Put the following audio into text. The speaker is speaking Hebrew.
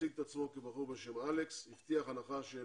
והציג את עצמו כבחור בשם אלכס והבטיח הנחה של